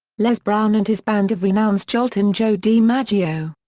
les brown and his band of renown's joltin' joe dimaggio.